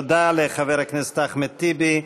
תודה לחבר הכנסת אחמד טיבי.